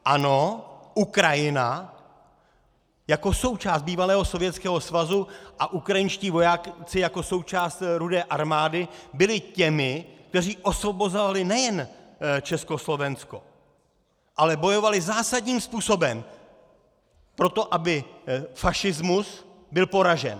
Ano, Ukrajina jako součást bývalého Sovětského svazu a ukrajinští vojáci jako součást Rudé armády byli těmi, kteří osvobozovali nejen Československo, ale bojovali zásadním způsobem pro to, aby fašismus byl poražen.